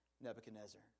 Nebuchadnezzar